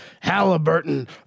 Halliburton